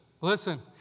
listen